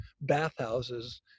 bathhouses